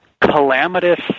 calamitous